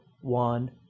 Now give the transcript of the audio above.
one